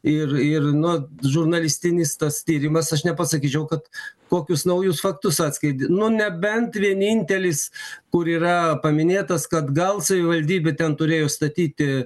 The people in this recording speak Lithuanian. ir ir nu žurnalistinis tas tyrimas aš nepasakyčiau kad kokius naujus faktus atskleidė nu nebent vienintelis kur yra paminėtas kad gal savivaldybė ten turėjo statyti